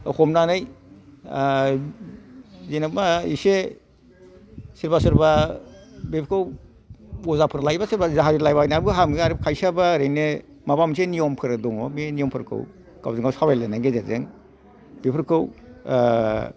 हमनानै जेनबा एसे सोरबा सोरबा बेफोरखौ अजाफोर लायोबा सोरबा जारिलाबायनानैबो हामो आरो खायसेया ओरैनो माबा मोनसे नियमफोर दङ बे नियमफोरखौ गावजों गाव सावरायलायनायनि गेजेरजों बेफोरखौ